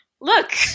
look